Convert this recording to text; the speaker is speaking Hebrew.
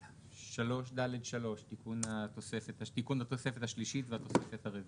3ד3, תיקון התוספת השלישית והתוספת הרביעית.